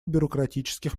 бюрократических